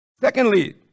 Secondly